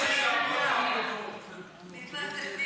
מי שרוצה לדבר שירים יד.